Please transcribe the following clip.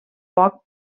poc